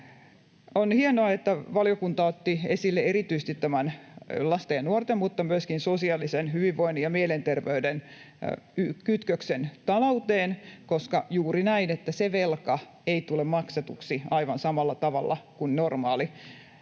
On hienoa, että valiokunta otti esille erityisesti tämän lasten ja nuorten — mutta myöskin sosiaalisen — hyvinvoinnin ja mielenterveyden kytköksen talouteen, koska on juuri näin, että se velka ei tule maksetuksi aivan samalla tavalla kuin normaalikorkoinen